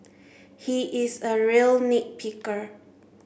he is a real nit picker